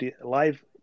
live